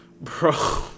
Bro